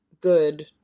good